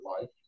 life